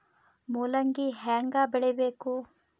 ಮೂಲಂಗಿ ಹ್ಯಾಂಗ ಬೆಳಿಬೇಕು?